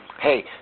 Hey